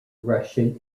russian